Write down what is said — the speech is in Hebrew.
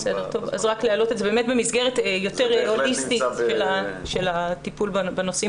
זה במסגרת יותר הוליסטית של טיפול בנושאים